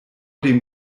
dem